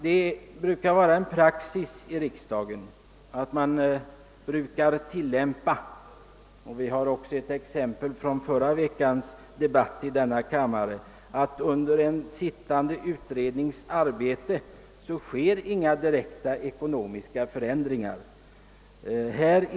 Det är praxis i riksdagen — vi har också ett exempel på det från förra veckans debatt i denna kammare — att under en sittande utrednings arbete inga direkta ekonomiska förändringar bör ske.